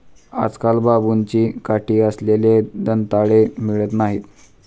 आजकाल बांबूची काठी असलेले दंताळे मिळत नाहीत